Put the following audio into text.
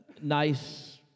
nice